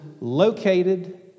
located